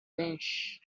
benshi